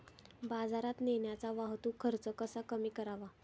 बाजारात नेण्याचा वाहतूक खर्च कसा कमी करावा?